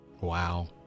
Wow